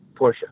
Porsche